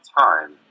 time